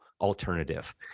alternative